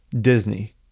Disney